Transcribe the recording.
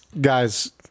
guys